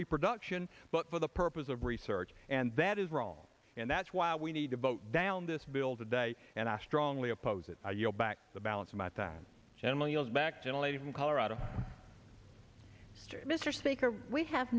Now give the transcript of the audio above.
reproduction but for the purpose of research and that is wrong and that's why we need to vote down this bill today and i strongly oppose it i yield back the balance of my time general yells back to the lady from colorado mr speaker we have